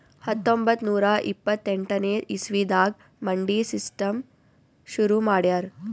ಹತ್ತೊಂಬತ್ತ್ ನೂರಾ ಇಪ್ಪತ್ತೆಂಟನೇ ಇಸವಿದಾಗ್ ಮಂಡಿ ಸಿಸ್ಟಮ್ ಶುರು ಮಾಡ್ಯಾರ್